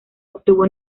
obtuvo